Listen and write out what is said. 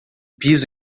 piso